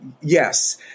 yes